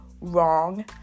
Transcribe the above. wrong